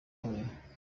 ukomeye